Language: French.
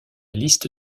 liste